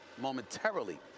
momentarily